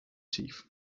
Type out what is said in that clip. chief